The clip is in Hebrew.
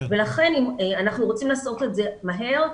לכן אם אנחנו רוצים לעשות את זה מהר,